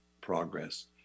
progress